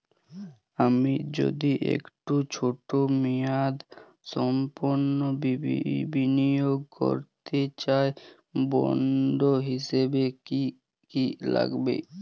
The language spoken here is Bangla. আমি যদি একটু ছোট মেয়াদসম্পন্ন বিনিয়োগ করতে চাই বন্ড হিসেবে কী কী লাগবে?